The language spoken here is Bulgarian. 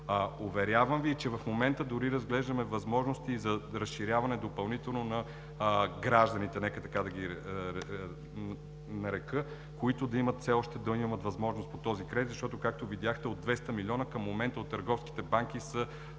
Уверявам Ви, че в момента дори разглеждаме възможности за допълнително разширяване на гражданите, нека така да ги нарека, които да имат все още възможност по този кредит. Защото, както видяхте, от 200 милиона към момента от търговските банки са